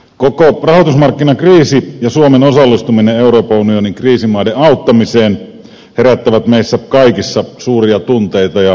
koko rahoitusmarkkinakriisi ja suomen osallistuminen euroopan unionin kriisimaiden auttamiseen herättävät meissä kaikissa suuria tunteita ja kysymyksiä